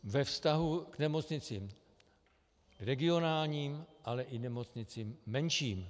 ve vztahu k nemocnicím regionálním, ale i nemocnicím menším.